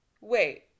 wait